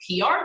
PR